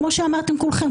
כמו שאמרתם כולכם,